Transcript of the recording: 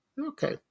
Okay